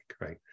right